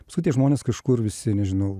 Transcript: paskui tie žmonės kažkur visi nežinau